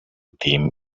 team